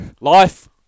Life